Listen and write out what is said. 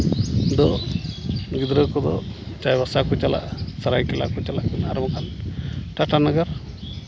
ᱫᱚ ᱜᱤᱫᱽᱨᱟᱹ ᱠᱚᱫᱚ ᱪᱟᱸᱭᱵᱟᱥᱟ ᱠᱚ ᱪᱟᱞᱟᱜᱼᱟ ᱥᱚᱨᱟᱭᱠᱮᱞᱞᱟ ᱠᱚ ᱪᱟᱞᱟᱜᱼᱟ ᱟᱨ ᱵᱟᱝᱠᱷᱟᱱ ᱴᱟᱴᱟᱱᱚᱜᱚᱨ